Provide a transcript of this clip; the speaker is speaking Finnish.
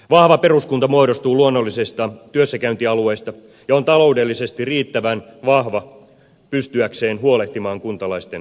vahva peruskunta muodostuu luonnollisista työssäkäyntialueista ja on taloudellisesti riittävän vahva pystyäkseen huolehtimaan kuntalaisten peruspalveluista